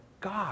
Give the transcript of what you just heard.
God